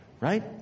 right